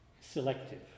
selective